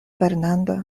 fernando